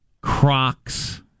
Crocs